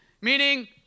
Meaning